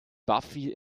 buffy